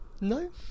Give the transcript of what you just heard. No